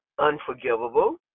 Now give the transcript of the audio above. unforgivable